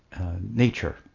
nature